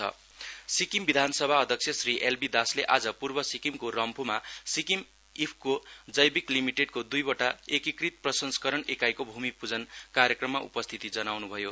आईएफएफआईसिओ L B Das Sikkim विधानसभा अध्यक्ष Shri LB दासले आज पूर्व सिक्किमको रम्फूमा सिक्किम इक्को जैविक लिमिटेडको द्र्ईवटा एकीकृत प्रसंस्करण एकाईको भूमि पूजन कायक्रममा उपस्थिति जनाउन् भयो